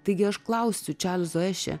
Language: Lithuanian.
taigi aš klausiu čarlzo ešė